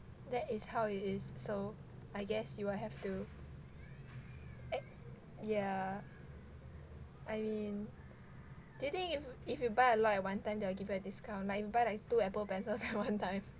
that is how it is so I guess you will have to yeah I mean do you think if if you buy a lot at one time they will give you a discount like you buy like two Apple pencil at one time